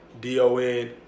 D-O-N